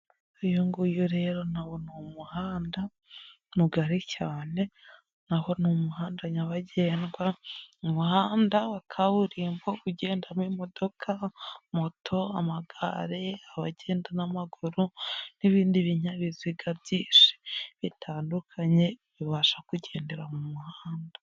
Uyu nguyu rero ni umuhanda mugari cyane n'aho ni umuhanda nyabagendwa, umuhanda wa kaburimbo ugendamo imodoka, moto, amagare, abagenda n'amaguru n'ibindi binyabiziga byinshi bitandukanye bibasha kugendera mu muhanda.